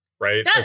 Right